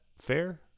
fair